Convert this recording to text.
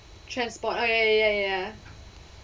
transport ah ya ya ya